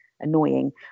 annoying